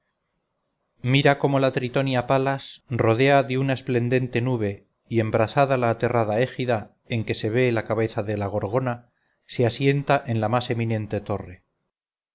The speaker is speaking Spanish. mira cómo la tritonia palas rodea de una esplendente nube y embrazada la aterradora égida en que se ve la cabeza de la gorgona se asienta en la más eminente torre